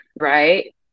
right